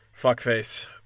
fuckface